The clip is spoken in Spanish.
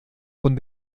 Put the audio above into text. con